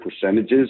percentages